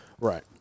right